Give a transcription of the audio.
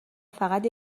فقط